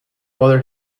other